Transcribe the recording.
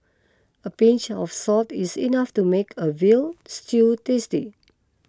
a pinch of salt is enough to make a Veal Stew tasty